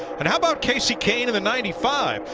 and how about kasey kahne and the ninety five?